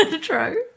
true